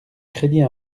crédit